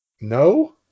No